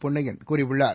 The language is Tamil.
பொன்னையன் கூறியுள்ளார்